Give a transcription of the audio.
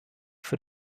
für